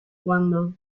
cuando